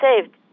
saved